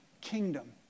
kingdom